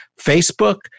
Facebook